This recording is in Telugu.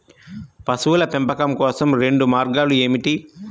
పశువుల పెంపకం కోసం రెండు మార్గాలు ఏమిటీ?